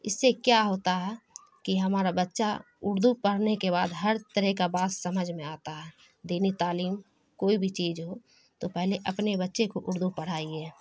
اس سے کیا ہوتا ہے کہ ہمارا بچہ اردو پرھنے کے بعد ہر طرح کا بات سمجھ میں آتا ہے دینی تعلیم کوئی بھی چیز ہو تو پہلے اپنے بچے کو اردو پڑھائیے